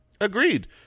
Agreed